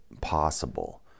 possible